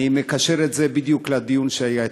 אני מקשר את זה בדיוק לדיון שהיה אתמול.